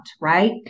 Right